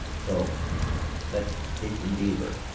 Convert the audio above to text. so let's dig in deeper.